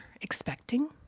expecting